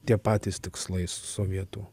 tie patys tikslai sovietų